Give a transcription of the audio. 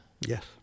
yes